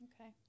Okay